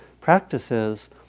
practices